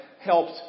helped